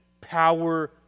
power